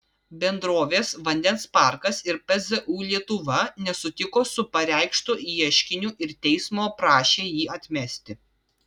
bendrovės vandens parkas ir pzu lietuva nesutiko su pareikštu ieškiniu ir teismo prašė jį atmesti